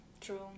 true